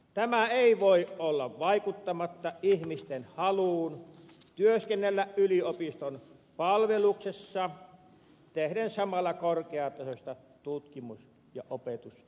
tämä ei voi olla vaikuttamatta ihmisten haluun työskennellä yliopiston palveluksessa tehden samalla korkeatasoista tutkimus ja opetustyötä